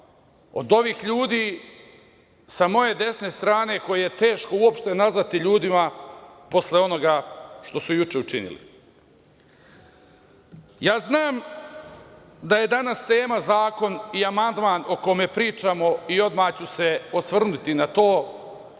od ovih ljudi sa moje desne strane koje je teško uopšte nazvati ljudima posle onoga što su juče učinili. Znam da je danas tema zakon i amandman o kome pričamo i odmah ću se osvrnuti na to